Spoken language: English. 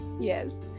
yes